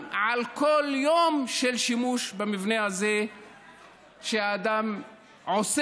יהיה גם על כל יום של שימוש במבנה הזה שהאדם עושה.